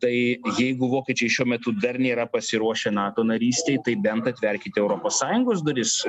tai jeigu vokiečiai šiuo metu dar nėra pasiruošę nato narystei tai bent atverkite europos sąjungos duris